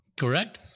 correct